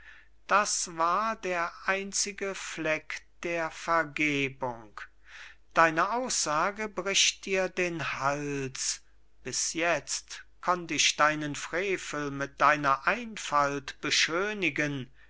das war der einzige fleck der vergebung deine aussage bricht dir den hals bis jetzt konnt ich deinen frevel mit deiner einfalt beschönigen